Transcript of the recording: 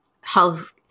health